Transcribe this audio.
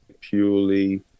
purely